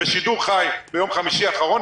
בשידור חי ביום חמישי האחרון,